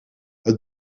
het